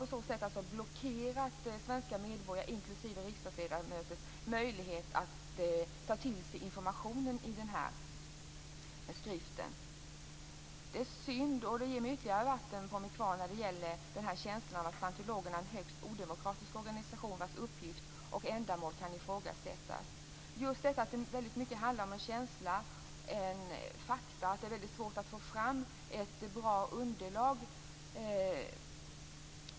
På så sätt har de blockerat svenska medborgares - inklusive riksdagsledamöters - möjlighet att ta till sig informationen i skriften. Det är synd, och det ger mig ytterligare vatten på min kvarn när det gäller känslan av att scientologerna är en högst odemokratisk organisation vars uppgift och ändamål kan ifrågasättas. Just detta att det väldigt mycket mera handlar om en känsla än fakta gör att det är svårt att få fram ett bra underlag.